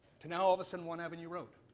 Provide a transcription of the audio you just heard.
to now all of a sudden want avenue road,